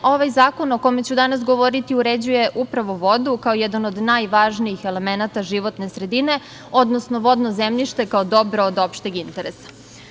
Ovaj zakon o kome ću danas govoriti uređuje upravo vodu, kao jedan od najvažnijih elemenata životne sredine, odnosno vodno zemljište, kao dobro od opšteg interesa.